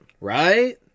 Right